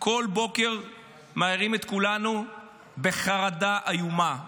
בכל בוקר מעירים את כולנו בחרדה איומה.